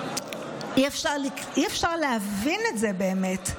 אי-אפשר להבין את זה, באמת.